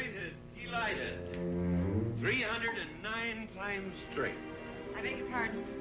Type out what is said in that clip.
delighted. three hundred and nine times straight. i beg your pardon?